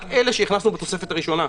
רק אלה שהכנסנו בתוספת הראשונה.